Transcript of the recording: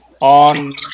on